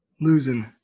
Losing